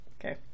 Okay